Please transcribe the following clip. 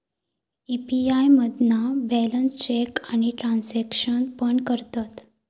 UPI मधना balance check आणि transaction पण करतत